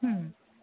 হুম